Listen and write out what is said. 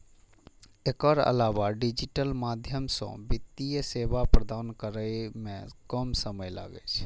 एकर अलावा डिजिटल माध्यम सं वित्तीय सेवा प्रदान करै मे समय कम लागै छै